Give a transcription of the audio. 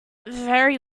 very